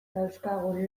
dauzkagun